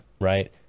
Right